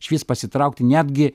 išvis pasitraukti netgi